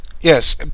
Yes